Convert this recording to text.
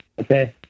okay